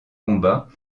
combats